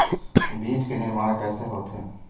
बीज के निर्माण कैसे होथे?